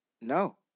no